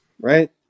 right